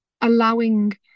allowing